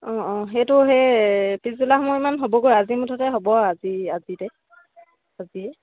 অঁ অঁ সেইটো সেই পিছবেলা সময়মান হ'বগৈ আজি মুঠতে হ'ব আজিয়ে